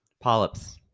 polyps